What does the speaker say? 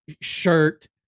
shirt